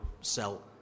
sell